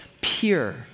pure